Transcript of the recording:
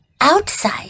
outside